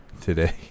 today